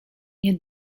nie